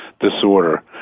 disorder